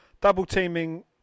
double-teaming